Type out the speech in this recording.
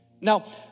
Now